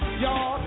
Y'all